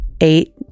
eight